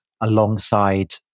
alongside